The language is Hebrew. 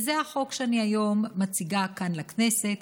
וזה החוק שאני היום מציגה כאן לכנסת,